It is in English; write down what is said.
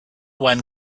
one